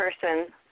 person